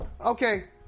Okay